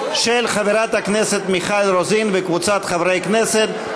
של חברת הכנסת מיכל רוזין וקבוצת חברי כנסת,